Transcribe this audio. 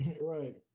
Right